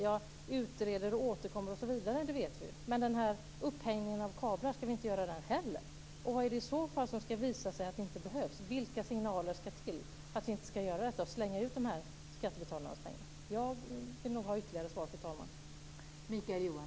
Det här med att utreda, återkomma osv. känner vi ju till. Men den här upphängningen av kablar, ska vi inte göra den heller? Vad är det i så fall som det ska visa sig inte behövs? Vilka signaler ska till för att vi inte ska göra det här och slänga ut skattebetalarnas pengar på det här? Jag vill nog ha ytterligare svar, fru talman.